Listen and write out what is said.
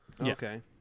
Okay